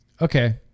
okay